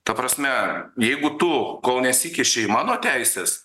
ta prasme jeigu tu kol nesikiši į mano teises